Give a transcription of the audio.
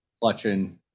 clutching